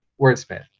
wordsmith